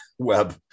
web